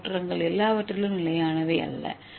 ஏ தோற்றங்கள் எல்லாவற்றிலும் நிலையானவை அல்ல